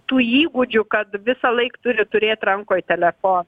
tų įgūdžių kad visąlaik turi turėt rankoj telefoną